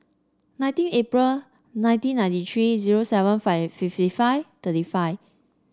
nineteen April nineteen ninety three zero seven five fifty five thirty five